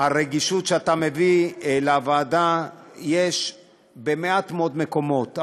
הרגישות שאתה מביא לוועדה ישנה במעט מאוד מקומות.